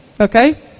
Okay